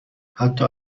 حتی